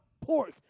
pork